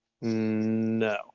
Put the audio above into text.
No